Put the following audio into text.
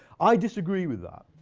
i disagree with that,